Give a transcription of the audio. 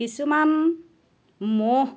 কিছুমান মহ